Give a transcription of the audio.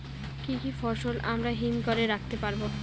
কি কি ফসল আমরা হিমঘর এ রাখতে পারব?